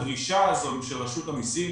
הדרישה של רשות המסים